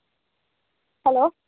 ஆ electrician சுப்ரமணிங்களா